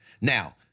Now